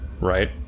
right